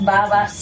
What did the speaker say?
Baba